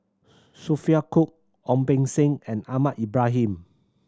Sophia Cooke Ong Beng Seng and Ahmad Ibrahim